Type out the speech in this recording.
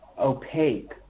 opaque